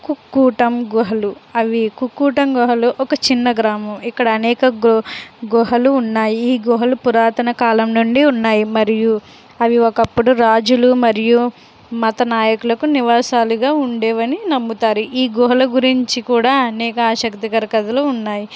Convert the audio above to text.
కుక్కుటం గుహలు అవి కుక్కుటం గుహలు ఒక చిన్న గ్రామం ఇక్కడ అనేక గు గుహలు ఉన్నాయి ఈ గుహలు పురాతన కాలం నుండి ఉన్నాయి మరియు అవి ఒకప్పుడు రాజులు మరియు మత నాయకులకు నివాసాలుగా ఉండేవని నమ్ముతారు ఈ గుహల గురించి కూడా అనేక ఆశక్తికర కథలు ఉన్నాయ్